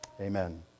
Amen